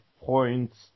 points